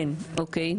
כן, אוקיי.